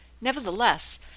nevertheless